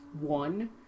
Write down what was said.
one